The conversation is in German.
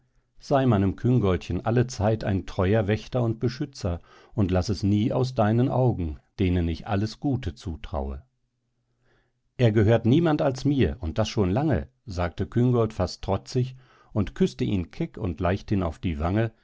sei meinem küngoltchen allezeit ein treuer wächter und beschützer und laß es nie aus deinen augen denen ich alles gute zutraue er gehört niemand als mir und das schon lange sagte küngolt fast trotzig und küßte ihn keck und leichthin auf die wange